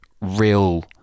real